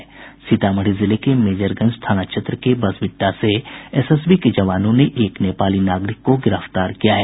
सीतामढ़ी जिले के मेजरगंज थाना क्षेत्र के बसबिट्टा से एसएसबी के जवानों ने एक नेपाली नागरिक को गिरफ्तार किया है